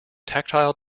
tactile